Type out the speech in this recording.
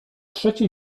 trzeci